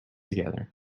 together